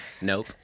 Nope